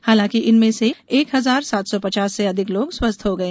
हालांकि इनमें से एक हजार सात सौ पचास से अधिक लोग स्वस्थ हो गये